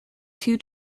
two